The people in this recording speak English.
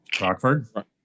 Rockford